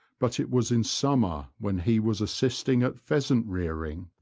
but it was in summer, when he was assisting at pheasant rearing,